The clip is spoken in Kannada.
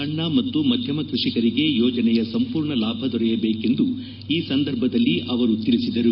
ಸಣ್ಣ ಮತ್ತು ಮಧ್ಯಮ ಕೃಷಿಕರಿಗೆ ಯೋಜನೆಯ ಸಂಪೂರ್ಣ ಲಾಭ ದೊರೆಯಬೇಕೆಂದು ಈ ಸಂದರ್ಭದಲ್ಲಿ ಅವರು ತಿಳಿಸಿದರು